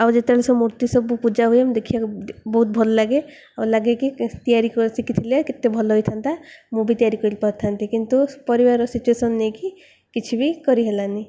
ଆଉ ଯେତେବେଳେ ସେ ମୂର୍ତ୍ତି ସବୁ ପୂଜା ହୁଏ ଦେଖିବାକୁ ବହୁତ ଭଲ ଲାଗେ ଆଉ ଲାଗେ କି ତିଆରି ଶିଖିଥିଲେ କେତେ ଭଲ ହେଇଥାନ୍ତା ମୁଁ ବି ତିଆରି କରି କରିଥାନ୍ତି କିନ୍ତୁ ପରିବାରର ସିଚୁଏସନ୍ ନେଇକି କିଛି ବି କରିହଲାନି